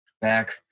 back